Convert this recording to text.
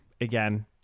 again